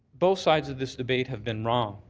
both sides of this debate have been wrong,